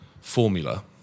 formula